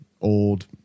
old